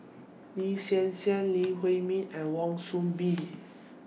Lin Hsin Hsin Lee Huei Min and Wan Soon Bee